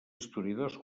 historiadors